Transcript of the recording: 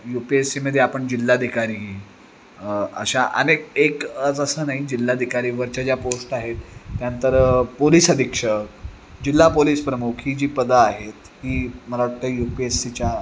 you P S सीमध्ये आपण जिल्हाधिकारी अशा अनेक एक जसं नाही जिल्हाधिकारीवरच्या ज्या पोस्ट आहेत त्यानंतर पोलिस अधिक्षक जिल्हा पोलिस प्रमुख ही जी पदं आहेत ही मला वाटतं यू पी एस सीच्या